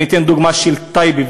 אתן דוגמה של טייבה,